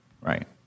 Right